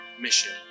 mission